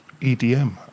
EDM